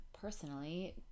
personally